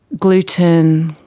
gluten,